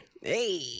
Hey